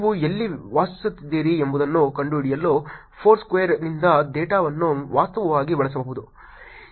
ನೀವು ಎಲ್ಲಿ ವಾಸಿಸುತ್ತಿದ್ದೀರಿ ಎಂಬುದನ್ನು ಕಂಡುಹಿಡಿಯಲು Foursquare ನಿಂದ ಡೇಟಾವನ್ನು ವಾಸ್ತವವಾಗಿ ಬಳಸಬಹುದು